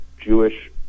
Jewish